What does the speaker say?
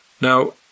Now